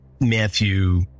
Matthew